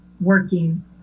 working